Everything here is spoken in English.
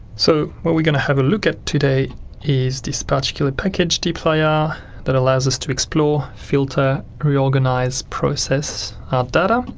so what we're going to have a look at today is this particular package dplyr that allows us to explore, filter, reorganise, process our data,